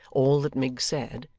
all that miggs said,